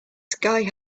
sky